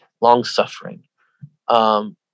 long-suffering